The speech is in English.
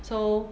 so